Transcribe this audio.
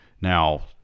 now